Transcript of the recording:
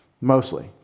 mostly